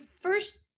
first